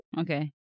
Okay